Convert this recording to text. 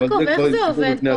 יעקב, איך זה עובד פה?